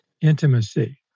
intimacy